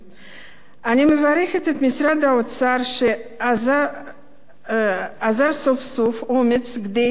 אני מברכת את משרד האוצר שאזר סוף-סוף אומץ כדי להטיל